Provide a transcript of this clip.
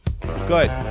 Good